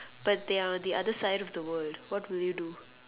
but they are on the other side of the world what will you do